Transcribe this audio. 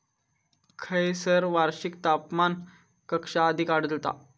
खैयसर वार्षिक तापमान कक्षा अधिक आढळता?